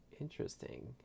Interesting